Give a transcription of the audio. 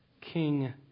king